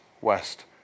west